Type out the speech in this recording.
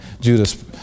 Judas